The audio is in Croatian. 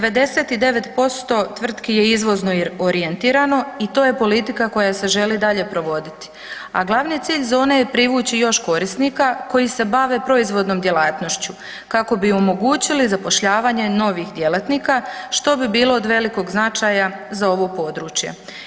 99% tvrtki je izvozno orijentirano i to je politika koja se želi i dalje provoditi, a glavni cilj zone je privući još korisnika koji se bave proizvodnom djelatnošću, kako bi omogućiti zapošljavanje novih djelatnika, što bi bilo od velikog značaja za ovo područje.